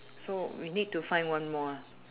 so we need to find one more ah